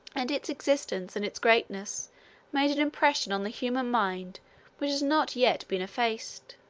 and its existence and its greatness made an impression on the human mind which has not yet been effaced.